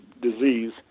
disease